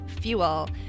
fuel